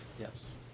Yes